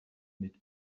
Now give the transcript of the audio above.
mit